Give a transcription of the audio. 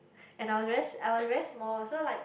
and I was very I was very small so like